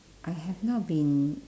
I have not been